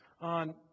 on